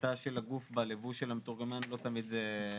השליטה של הגוף בלבוש של המתורגמן לא תמיד קיימת,